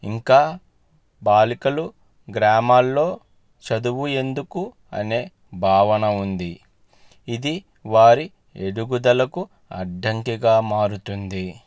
ఇంకా బాలికలు గ్రామాల్లో చదువు ఎందుకు అనే భావన ఉంది ఇది వారి ఎదుగుదలకు అడ్డంకిగా మారుతుంది